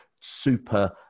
super